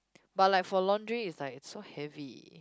but like for laundry it's like so heavy